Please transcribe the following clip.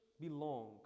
belong